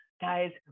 guys